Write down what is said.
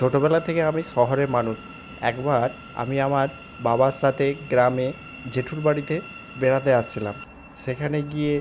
ছোটোবেলা থেকে আমি শহরে মানুষ একবার আমি আমার বাবার সাথে গ্রামে জেঠুর বাড়িতে বেড়াতে আসছিলাম সেখানে গিয়ে